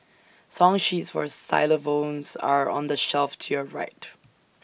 song sheets for xylophones are on the shelf to your right